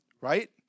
Right